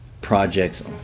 projects